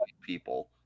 people